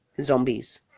Zombies